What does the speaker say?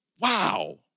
Wow